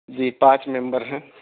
جی پانچ ممبر ہیں